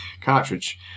cartridge